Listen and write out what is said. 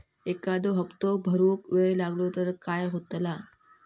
एखादो हप्तो भरुक वेळ लागलो तर काय होतला?